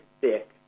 thick